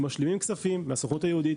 הם משלימים כספים מהסוכנות היהודית,